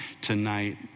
tonight